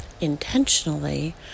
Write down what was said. intentionally